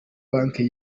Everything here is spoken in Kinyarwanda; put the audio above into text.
banki